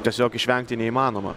tiesiog išvengti neįmanoma